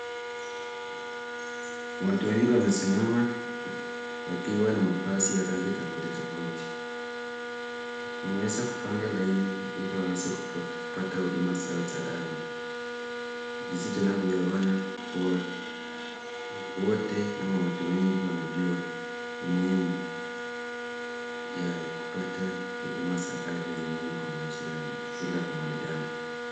Watu wengi wamesimama wakiwa na mavazi ya rangi tafauti tafauti uweza kupanga lainni hili waweze kupata uduma za afya sisi tunavyoona kuwa wote ama watu wengi wanajua humuhimu ya kupanda uduma ya afya ni nini Kwa maisha ya Kila mwanadamu.